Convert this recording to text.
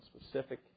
specific